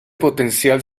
potencial